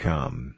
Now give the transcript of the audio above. Come